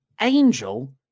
Angel